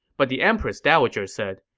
but the empress dowager said,